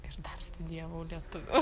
ir dar studijavau lietuvių